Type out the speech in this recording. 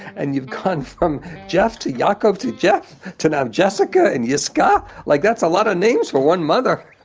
and you've gone from jeff to yaakov to jeff to now jessica and yiscah. like that's a lot of names for one mother.